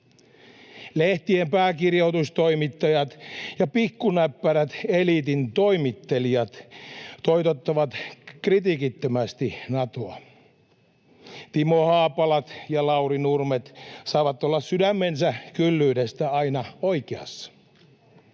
Lehtien pääkirjoitustoimittajat ja pikkunäppärät eliitin toimittelijat toitottavat kritiikittömästi Natoa. Timohaapalat ja laurinurmet saavat olla sydämensä kyllyydestä aina oikeassa.